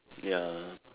ya